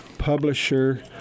Publisher